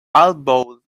elbowed